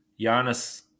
Giannis